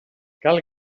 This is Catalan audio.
cal